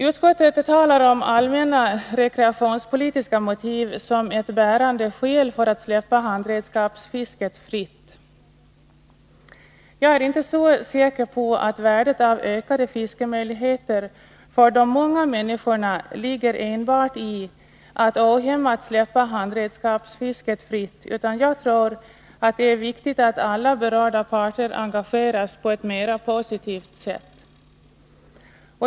Utskottet talar om allmänna rekreationspolitiska motiv som ett bärande skäl för att släppa handredskapsfisket fritt. Jag är inte så säker på att värdet av ökade fiskemöjligheter för de många människorna ligger enbart i att ohämmat släppa handredskapsfisket fritt, men jag tror att det är viktigt att alla berörda parter engageras på ett mera positivt sätt.